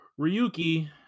Ryuki